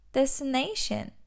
Destination